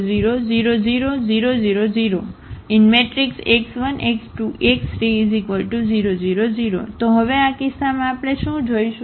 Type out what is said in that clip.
⟹0 0 0 0 0 0 0 0 0 x1 x2 x3 0 0 0 તો હવે આ કિસ્સામાં આપણે શું જોશું